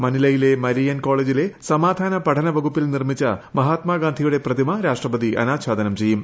മനിലയിലെ Marian കോളേജിലെ സമാധാന പഠന വകുപ്പിൽ നിർമ്മിച്ച മഹാത്മാ ഗാന്ധിയുടെ പ്രതിമ രാഷ്ട്രപതി അനാഛാദനം ചെയ്യും